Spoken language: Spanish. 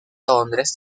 londres